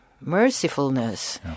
mercifulness